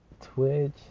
Twitch